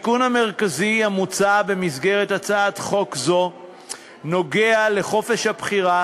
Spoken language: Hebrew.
התיקון המרכזי המוצע במסגרת הצעת חוק זו נוגע לחופש הבחירה